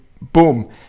boom